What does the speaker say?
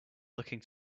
looking